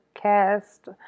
cast